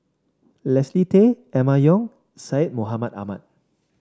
Leslie Tay Emma Yong Syed Mohamed Ahmed